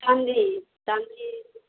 चाँदी चाँदी